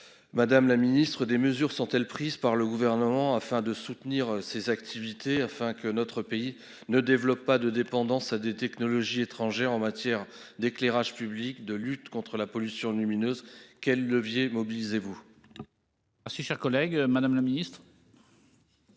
Madame la Ministre des mesures sont-elles prises par le gouvernement afin de soutenir ses activités afin que notre pays ne développent pas de dépendance à des technologies étrangères en matière d'éclairage public de lutte contre la pollution lumineuse, quel levier, mobilisez-vous. Ah si cher collègue, madame la ministre.